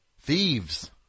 Thieves